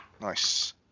Nice